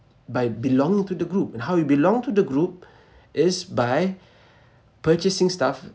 by belonging to the group and how we belong to the group is by purchasing stuff